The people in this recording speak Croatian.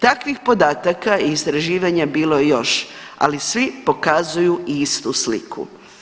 Takvih podataka i istraživanja bilo je još, ali svi pokazuju istu sliku.